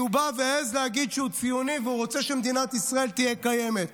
כי הוא בא והעז להגיד שהוא ציוני והוא רוצה שמדינת ישראל תהיה קיימת.